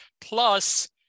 Plus